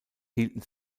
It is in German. hielten